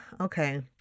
okay